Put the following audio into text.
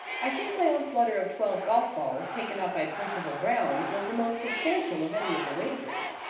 i think my own flutter of twelve golf-balls, taken up by percival brown, was the most substantial of any of the wagers.